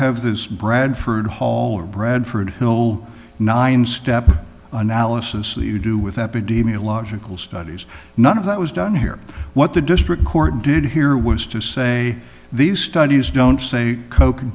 have this bradford hall or bradford hill nine step analysis you do with epidemiological studies none of that was done here what the district court did here was to say these studies don't say coke and